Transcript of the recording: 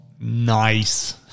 Nice